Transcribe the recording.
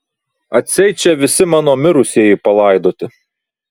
atseit čia visi mano mirusieji palaidoti